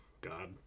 God